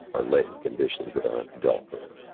or lead and conditions that aren't dealt with.